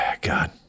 god